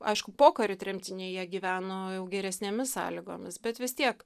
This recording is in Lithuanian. aišku pokario tremtiniai jie gyveno jau geresnėmis sąlygomis bet vis tiek